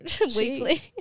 Weekly